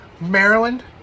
Maryland